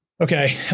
Okay